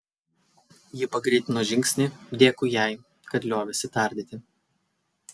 ji pagreitino žingsnį dėkui jai kad liovėsi tardyti